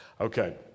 Okay